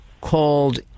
called